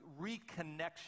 reconnection